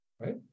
Right